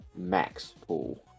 MAXPOOL